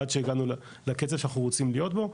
עד שהגענו לקצב שאנחנו רוצים להיות בו.